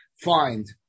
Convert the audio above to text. find